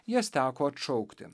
jas teko atšaukti